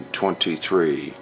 twenty-three